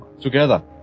together